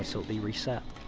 so be reset.